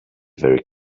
very